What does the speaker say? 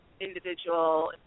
individual